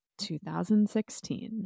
2016